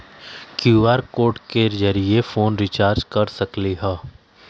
QR code के जरिय phone recharge कर सकली ह?